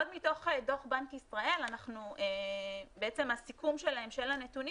עוד מתוך דוח בנק ישראל - בעצם הסיכום שלהם של הנתונים